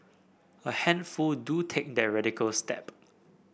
a handful do take that radical step